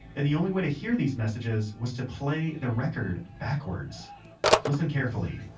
and the only way to hear these messages was to play the record backwards listen carefully